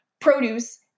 produce